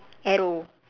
arrow